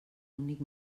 únic